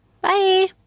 Bye